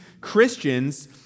Christians